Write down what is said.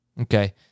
Okay